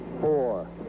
four